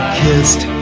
kissed